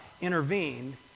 intervened